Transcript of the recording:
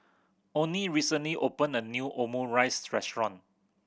Oney recently opened a new Omurice Restaurant